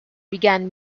began